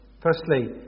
Firstly